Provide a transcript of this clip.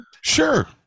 Sure